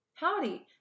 Howdy